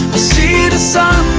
see the sun,